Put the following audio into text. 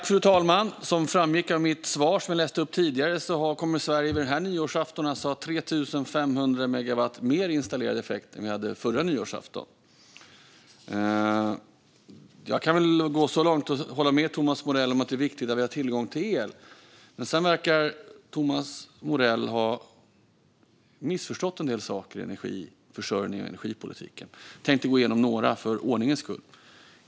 Fru talman! Som framgick av mitt svar tidigare kommer Sverige vid den kommande nyårsaftonen att ha 3 500 megawatt mer installerad effekt än vi hade förra nyårsaftonen. Jag kan väl gå så långt som att hålla med Thomas Morell när det gäller att det är viktigt att vi har tillgång till el. Men Thomas Morell verkar ha missförstått en del saker när det gäller energiförsörjningen och energipolitiken. Jag tänker för ordningens skull gå igenom några.